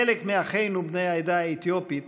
חלק מאחינו בני העדה האתיופית